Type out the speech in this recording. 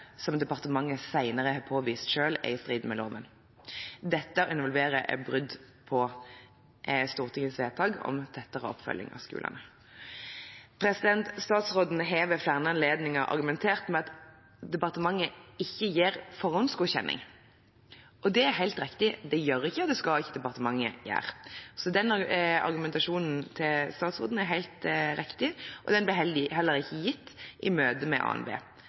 som departementet senere selv har påvist er i strid med loven. Dette involverer brudd på Stortingets vedtak om en tettere oppfølging av skolene. Statsråden har ved flere anledninger argumentert med at departementet ikke gir forhåndsgodkjenning. Det er helt riktig, det gjør ikke og det skal ikke departementet gjøre, så den argumentasjonen til statsråden er helt riktig, og forhåndsgodkjenning ble heller ikke gitt i møtet med